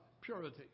purity